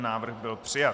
Návrh byl přijat.